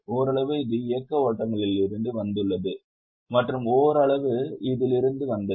ஓரளவு இது இயக்க ஓட்டங்களிலிருந்து வந்துள்ளது மற்றும் ஓரளவு இதிலிருந்து வந்தது